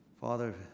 Father